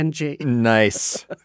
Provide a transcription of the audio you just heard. Nice